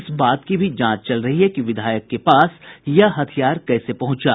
इस बात की भी जांच चल रही है कि विधायक के पास यह हथियार कैसे पहुंचा